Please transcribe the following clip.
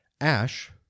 Ash